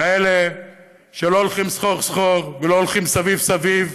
כאלה שלא הולכים סחור-סחור ולא הולכים סביב-סביב,